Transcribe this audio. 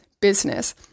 business